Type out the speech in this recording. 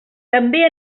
també